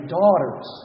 daughters